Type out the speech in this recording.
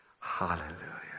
Hallelujah